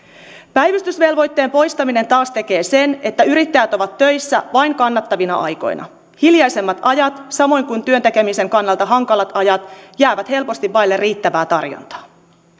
päivystysvelvoitteen poistaminen taas tekee sen että yrittäjät ovat töissä vain kannattavina aikoina hiljaisemmat ajat samoin kuin työn tekemisen kannalta hankalat ajat jäävät helposti vaille riittävää tarjontaa